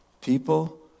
People